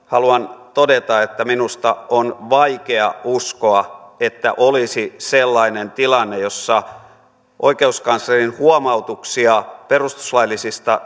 haluan todeta että on vaikea uskoa että olisi sellainen tilanne jossa oikeuskanslerin huomautuksia perustuslaillisista